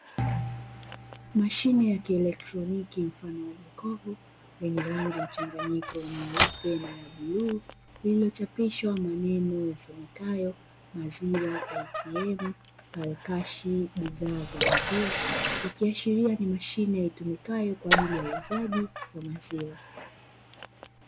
Mashine ya kielektroniki, mfano wa jokofu lenye rangi mchanganyiko nyeupe na ya bluu, lililochapishwa maneno yasomekayo, "Maziwa ATM Palikashi Bidhaa za Maziwa", ikiashiria ni mashine itumikayo kwa ajili ya uuzaji wa maziwa.